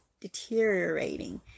deteriorating